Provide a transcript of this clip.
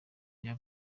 rya